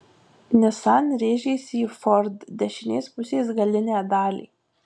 nissan rėžėsi į ford dešinės pusės galinę dalį